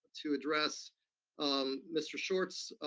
to address um mr. short's